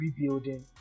rebuilding